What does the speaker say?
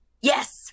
Yes